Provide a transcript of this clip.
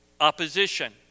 opposition